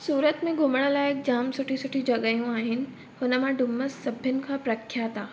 सूरत में घुमण लाइ जाम सुठियूं सुठियूं जॻहियूं आहिनि हुन मां डुमस सभिनि खां प्रख्यात आहे